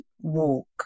walk